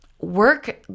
work